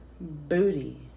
booty